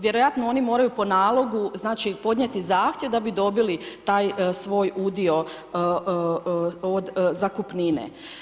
Vjerojatno oni moraju po nalogu, znači podnijeti zahtjev da bi dobili svoj udio od zakupnine.